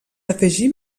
afegir